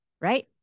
right